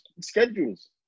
schedules